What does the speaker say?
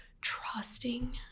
trusting